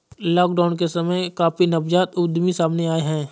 lockdown के समय में काफी नवजात उद्यमी सामने आए हैं